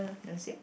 the say